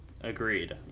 agreed